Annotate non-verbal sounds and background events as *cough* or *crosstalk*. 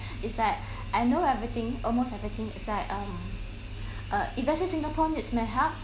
it's like I know everything almost everything is like uh *breath* uh if let's say singapore needs my help